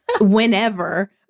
whenever